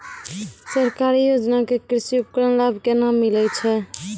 सरकारी योजना के कृषि उपकरण लाभ केना मिलै छै?